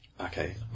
Okay